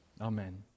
Amen